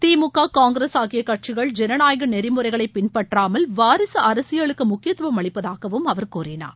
திமுக காங்கிரஸ் ஆகிய கட்சிகள் ஜனநாயக நெறிமுறைகளை பின்பற்றாமல் வாரிசு அரசியலுக்கு முக்கியத்துவம் அளிப்பதாக அவர் கூறினார்